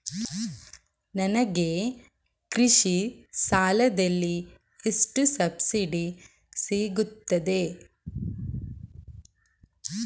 ನನಗೆ ಕೃಷಿ ಸಾಲದಲ್ಲಿ ಎಷ್ಟು ಸಬ್ಸಿಡಿ ಸೀಗುತ್ತದೆ?